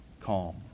calm